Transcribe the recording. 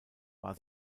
war